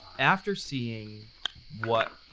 iafter seeing what